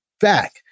back